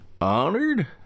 Honored